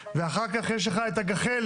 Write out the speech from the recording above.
ואחר כך יש לך את הגחלת,